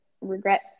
regret